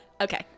Okay